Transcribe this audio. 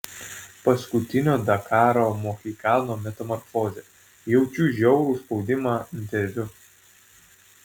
paskutinio dakaro mohikano metamorfozė jaučiu žiaurų spaudimą interviu